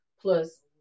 plus